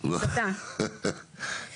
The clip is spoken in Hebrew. אבל צריך גם פה לעשות איזונים.